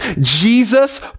Jesus